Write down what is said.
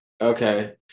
Okay